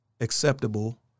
acceptable